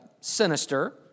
sinister